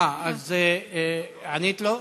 ענית לו?